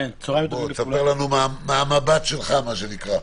תספר לנו מהמבט שלך, בבקשה.